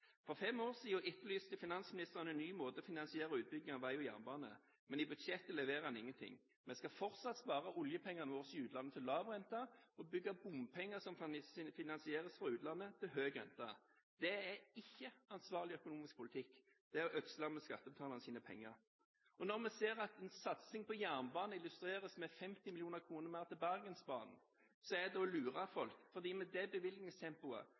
For fem år siden etterlyste finansministeren en ny måte å finansiere utbygging av vei og jernbane på. Men i budsjettet leverer han ingenting. Vi skal fortsatt spare oljepengene våre i utlandet til lav rente og bygge bompengeprosjekter som kan finansieres fra utlandet til høy rente. Det er ikke ansvarlig økonomisk politikk, det er å ødsle med skattebetalernes penger. Når man ser at en satsing på jernbanen illustreres med 50 mill. kr mer til Bergensbanen, er det å lure folk, for med det bevilgningstempoet